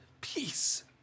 Peace